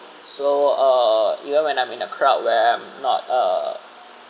so uh even when I'm in a crowd where I'm not uh